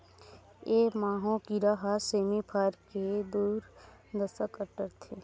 ए माहो कीरा ह सेमी फर के दुरदसा कर डरथे